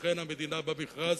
ואכן המדינה במכרז,